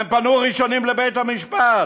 הם פנו ראשונים לבית-המשפט.